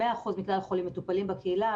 100% מכלל החולים מטופלים בקהילה,